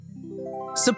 Support